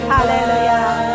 Hallelujah